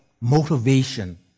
motivation